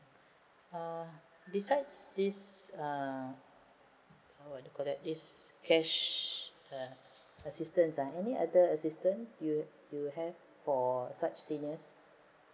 ah besides this err how what do you call that is cash assistance uh any other assistance you have for such seniors